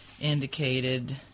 indicated